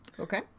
Okay